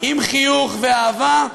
עם חיוך ואהבה,